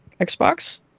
xbox